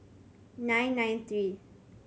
nine nine three